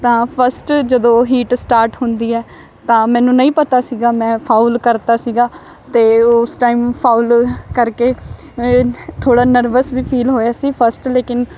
ਤਾਂ ਫਸਟ ਜਦੋਂ heat start ਹੁੰਦੀ ਹੈ ਤਾਂ ਮੈਨੂੰ ਨਹੀਂ ਪਤਾ ਸੀਗਾ ਮੈਂ ਫਾਊਲ ਕਰ ਤਾ ਸੀਗਾ ਅਤੇ ਉਸ ਟਾਈਮ ਫਾਊਲ ਕਰਕੇ ਥੋੜ੍ਹਾ ਨਰਵਸ ਵੀ ਫੀਲ ਹੋਇਆ ਸੀ ਫਸਟ ਲੇਕਿਨ